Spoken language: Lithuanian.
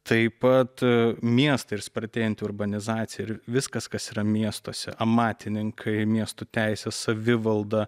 taip pat miestai ir spartėjanti urbanizacija ir viskas kas yra miestuose amatininkai miestų teisės savivalda